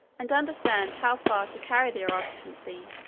and understand how far to carry their obstinacy,